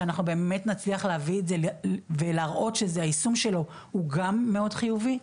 שאנחנו באמת נצליח להביא את זה ולהראות שהיישום שלו הוא גם מאוד חיובי.